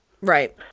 Right